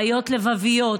בעיות לבביות,